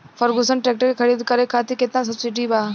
Ferguson tractor के खरीद करे खातिर केतना सब्सिडी बा?